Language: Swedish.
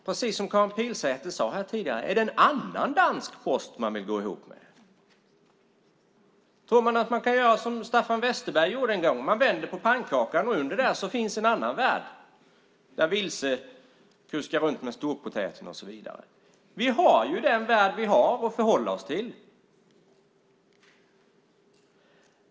Precis som Karin Pilsäter tidigare undrar jag: Är det en annan dansk post man vill gå ihop med? Tror man att man kan göra som Staffan Westerberg gjorde en gång? Man vänder på pannkakan och där under finns en annan värld, där Vilse kuskar runt med Storpotäten och så vidare. Vi har ju den värld vi har att förhålla oss till.